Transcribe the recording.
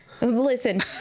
Listen